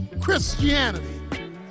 christianity